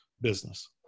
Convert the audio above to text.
business